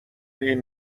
این